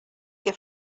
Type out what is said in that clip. que